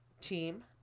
Team